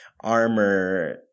armor